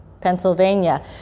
Pennsylvania